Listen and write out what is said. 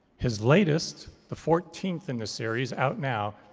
his latest, the fourteenth in the series out now,